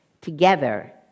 Together